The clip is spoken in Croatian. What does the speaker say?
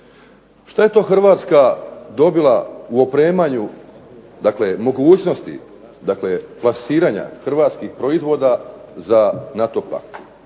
Što je Hrvatska dobila u opremanju mogućnosti plasiranja hrvatskih proizvoda za NATO pakt?